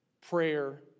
Prayer